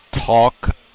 Talk